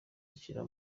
ashyira